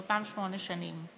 מאותן שמונה שנים.